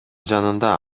жанында